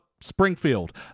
Springfield